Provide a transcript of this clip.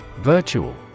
Virtual